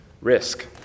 Risk